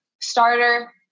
starter